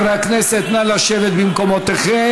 חברי הכנסת, נא לשבת במקומותיכם.